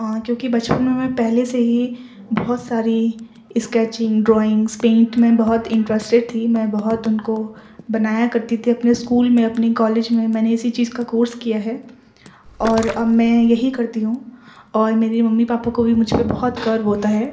کیونکہ بچپن میں پہلے سے ہی بہت ساری اسکیچنگ ڈرائنگس پینٹ میں بہت انٹرسٹڈ تھی میں بہت ان کو بنایا کرتی تھی اپنے اسکول میں اپنے کالج میں میں نے اسی چیز کا کورس کیا ہے اور اب میں یہی کرتی ہوں اور میری ممی پاپا کو مجھ پہ بہت گرو ہوتا ہے